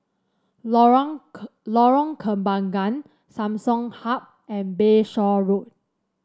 Lorong Lorong Kembagan Samsung Hub and Bayshore Road